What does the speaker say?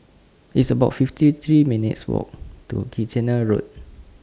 It's about fifty three minutes' Walk to Kitchener Road